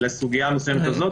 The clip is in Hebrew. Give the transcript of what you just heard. לסוגיה המסוימת הזאת,